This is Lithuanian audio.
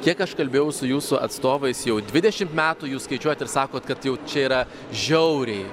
kiek aš kalbėjau su jūsų atstovais jau dvidešimt metų jūs skaičiuojat ir sakot kad jau čia yra žiauriai